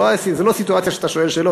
זו לא סיטואציה שאתה שואל שאלות,